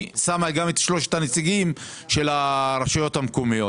ממנה גם את שלושת הנציגים של הרשויות המקומיות